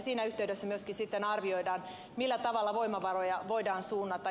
siinä yhteydessä myöskin arvioidaan millä tavalla voimavaroja voidaan suunnata